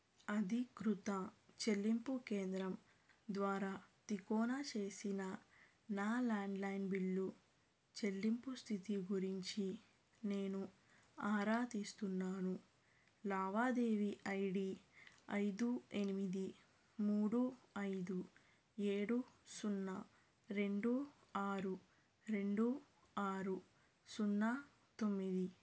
అధీకృత చెల్లింపు కేంద్రం ద్వారా తికోనా చేసిన నా ల్యాండ్లైన్ బిల్లు చెల్లింపు స్థితి గురించి నేను ఆరా తీస్తున్నాను లావాదేవీ ఐ డి ఐదు ఎనిమిది మూడు ఐదు ఏడు సున్నా రెండు ఆరు రెండు ఆరు సున్నా తొమ్మిది